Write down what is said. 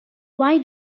why